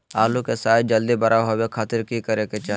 आलू के साइज जल्दी बड़ा होबे खातिर की करे के चाही?